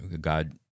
God